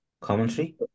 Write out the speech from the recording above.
commentary